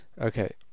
okay